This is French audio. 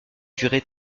durées